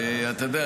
אתה יודע,